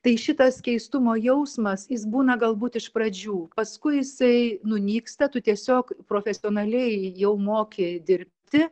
tai šitas keistumo jausmas jis būna galbūt iš pradžių paskui jisai nunyksta tu tiesiog profesionaliai jau moki dirbti